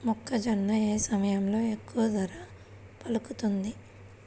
మొక్కజొన్న ఏ సమయంలో ఎక్కువ ధర పలుకుతుంది?